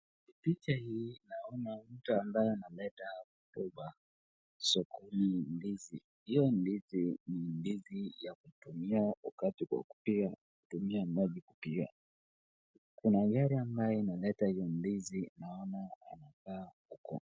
Picha hii naona mtu ambaye analeta akibeba sokoni ndizi. Hiyo ndizi ni ndizi ya kutumia wakati wa kupika, hutumia maji kupika. Kuna gari ambayo inaleta hiyo ndizi naona inakaa huko.